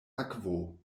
akvo